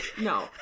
no